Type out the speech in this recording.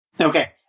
Okay